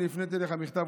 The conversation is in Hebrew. אני הפניתי אליך מכתב,